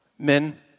Men